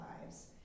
lives